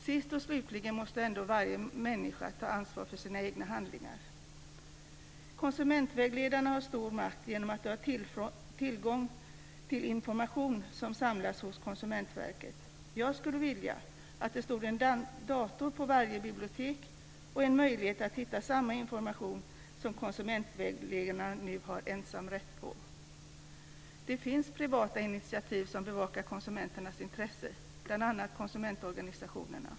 Sist och slutligen måste ändå varje människa ta ansvar för sina egna handlingar. Konsumentvägledarna har stor makt genom att de har tillgång till information som samlas hos Konsumentverket. Jag skulle vilja att det stod en dator på varje bibliotek och att det fanns en möjlighet att hitta samma information som den som konsumentvägledarna nu har ensamrätt på. Det finns privata initiativ som bevakar konsumenternas intresse, bl.a. konsumentorganisationerna.